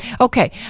Okay